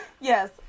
Yes